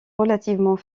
relativement